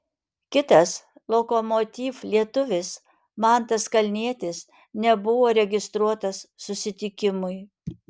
kitas lokomotiv lietuvis mantas kalnietis nebuvo registruotas susitikimui